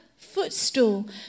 Footstool